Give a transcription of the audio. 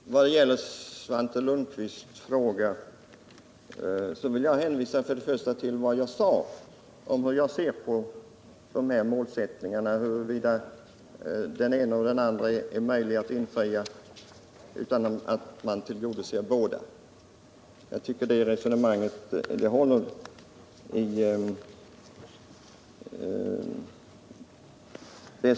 Herr talman! Vad gäller Svante Lundkvists fråga vill jag först och främst hänvisa till vad jag sade om hur jag ser på dessa målsättningar och om huruvida den ena eller den andra av dem är möjlig att infria utan att man tillgodoser båda. Jag tycker att mitt resonemang på den punkten håller.